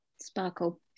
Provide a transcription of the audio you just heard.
sparkle